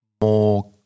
more